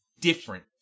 different